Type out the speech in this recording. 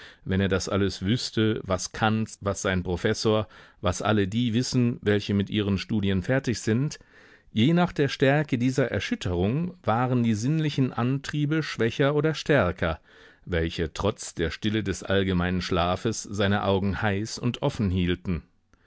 wenn er das alles wüßte was kant was sein professor was alle die wissen welche mit ihren studien fertig sind je nach der stärke dieser erschütterung waren die sinnlichen antriebe schwächer oder stärker welche trotz der stille des allgemeinen schlafes seine augen heiß und offen hielten